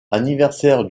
anniversaire